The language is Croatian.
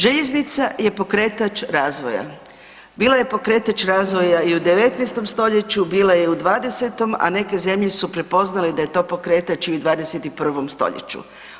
Željeznica je pokretač razvoja, bila je pokretač razvoja i u 19. stoljeću, bila je i u 20., a neke zemlje su prepoznale da je to pokretač i u 21. stoljeću.